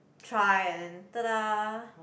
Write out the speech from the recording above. try and then tada